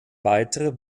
weitere